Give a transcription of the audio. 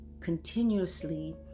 continuously